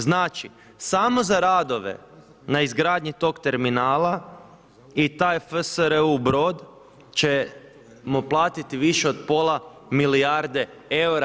Znači, samo za radove na izgradnji tog terminala i taj FSRU brod ćemo platiti više od pola milijarde eura.